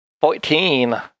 Fourteen